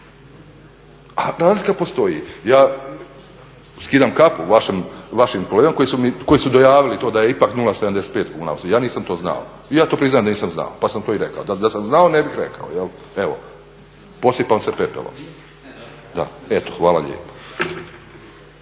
A razlika postoji. Skidam kapu vašim kolegama koji su dojavili to da je ipak 0,75 kuna ja to nisam znao, ja priznam da nisam znao pa sam to i rekao. Da sam znao ne bih rekao. Posipam se pepelom. Hvala lijepo.